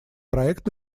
проект